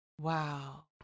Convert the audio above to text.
Wow